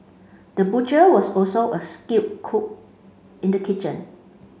the butcher was also a skilled cook in the kitchen